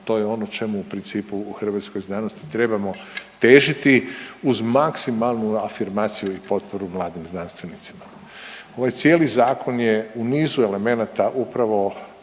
to je ono čemu u principu u hrvatskoj znanosti trebamo težiti uz maksimalnu afirmaciju i potporu mladim znanstvenicima. Ovaj cijeli zakon je u nizu elemenata upravo